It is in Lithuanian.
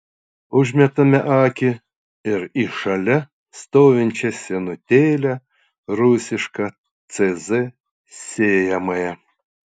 užmetame akį ir į šalia stovinčią senutėlę rusišką cz sėjamąją